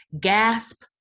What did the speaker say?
Gasp